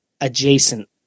adjacent